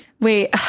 Wait